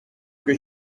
que